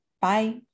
Bye